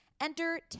Enter